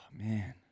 man